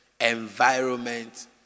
environment